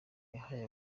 yahaye